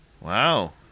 Wow